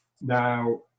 now